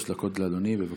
שלוש דקות לאדוני, בבקשה.